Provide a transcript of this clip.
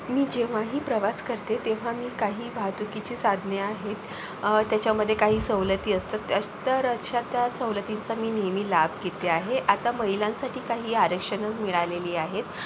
मी जेव्हाही प्रवास करते तेव्हा मी काही वाहतुकीची साधने आहेत त्याच्यामध्ये काही सवलती असतात तर अशा त्या सवलतींचा मी नेहमी लाभ घेते आहे आता महिलांसाठी काही आरक्षणं मिळालेली आहेत